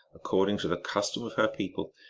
accord ing to the custom of her people,